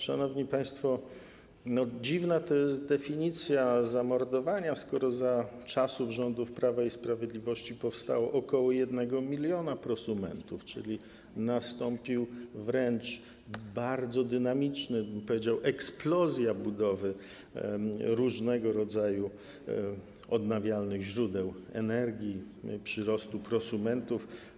Szanowni państwo, dziwna to jest definicja zamordowania, skoro za czasów rządów Prawa i Sprawiedliwości powstało ok. 1 mln prosumentów, czyli nastąpiła wręcz dynamika, powiedziałbym, że to eksplozja budowy różnego rodzaju odnawialnych źródeł energii, przyrostu prosumentów.